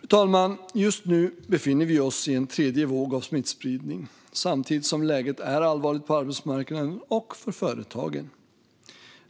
Fru talman! Just nu befinner vi oss i en tredje våg av smittspridning samtidigt som läget är allvarligt på arbetsmarknaden och för företagen.